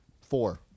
Four